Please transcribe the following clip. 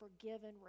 forgiven